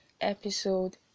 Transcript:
episode